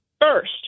first